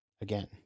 again